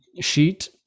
sheet